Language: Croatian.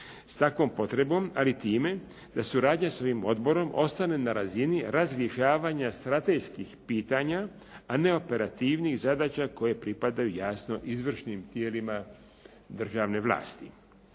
s takvom potrebom, ali i time da suradnja s ovim odborom ostane na razini … /Govornik se ne razumije./ … strateških pitanja, a ne operativnih zadaća koje pripadaju jasno izvršnim tijelima državne vlasti.